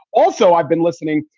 also, i've been listening,